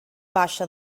baixa